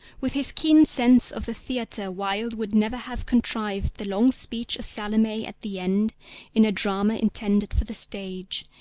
with his keen sense of the theatre wilde would never have contrived the long speech of salome at the end in a drama intended for the stage,